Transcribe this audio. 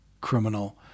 criminal